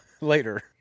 later